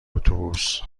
اتوبوس